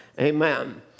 Amen